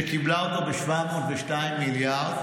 שקיבלה אותו ב-702 מיליארד,